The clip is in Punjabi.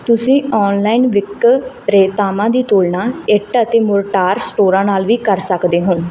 ਤੁਸੀਂ ਔਨਲਾਈਨ ਵਿਕਰੇਤਾਵਾਂ ਦੀ ਤੁਲਨਾ ਇੱਟ ਅਤੇ ਮੋਰਟਾਰ ਸਟੋਰਾਂ ਨਾਲ ਵੀ ਕਰ ਸਕਦੇ ਹੋ